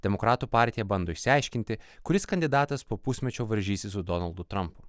demokratų partija bando išsiaiškinti kuris kandidatas po pusmečio varžysis su donaldu trampu